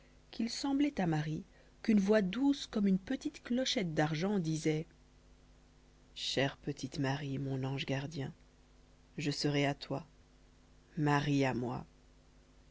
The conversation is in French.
qu'il semblait à marie qu'une voix douce comme une petite clochette d'argent disait chère petite marie mon ange gardien je serai à toi marie à moi